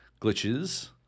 glitches